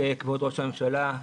כבוד ראש הממשלה,